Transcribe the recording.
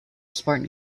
spartan